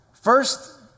First